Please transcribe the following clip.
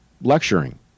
lecturing